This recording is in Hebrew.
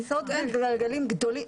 אלה כיסאות גלגלים גדולים.